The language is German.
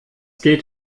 geht